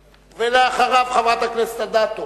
אחריו חברת הכנסת אדטו.